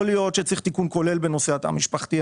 יכול להיות שצריך תיקון כולל בנושא התא המשפחתי,